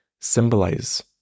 symbolize